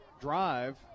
drive